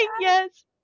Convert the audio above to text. yes